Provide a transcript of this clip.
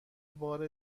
بار